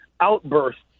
outbursts